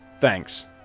Thanks